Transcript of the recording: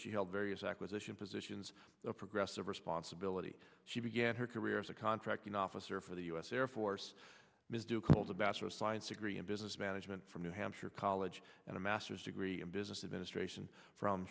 she held various acquisition positions of progressive responsibility she began her career as a contracting officer for the u s air force ms ducal tabasco science degree in business management from new hampshire college and a master's degree in business administration from